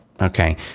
Okay